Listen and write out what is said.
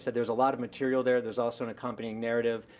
there's a lot of material there. there's also an accompanying narrative.